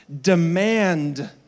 demand